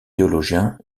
théologien